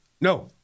no